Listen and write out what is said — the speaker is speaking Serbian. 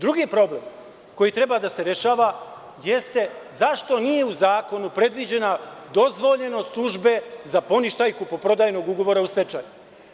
Drugi problem koji treba da se rešava jeste zašto nije u zakonu predviđena dozvoljenost tužbe za poništaj kupoprodajnog ugovora u stečaju.